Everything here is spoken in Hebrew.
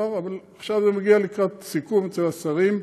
אבל עכשיו זה מגיע לקראת סיכום אצל השרים.